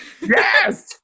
Yes